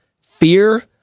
fear